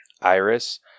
Iris